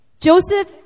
Joseph